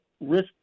risk